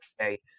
okay